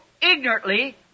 ignorantly